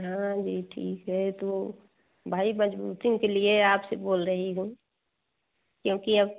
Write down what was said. हाँ यह ठीक है तो भाई मज़बूती के लिए आप से बोल रही हूँ क्योंकि अब